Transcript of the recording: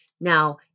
Now